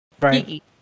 right